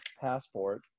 passport